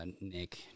Nick